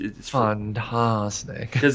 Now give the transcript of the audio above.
Fantastic